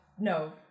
No